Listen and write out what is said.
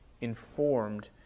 informed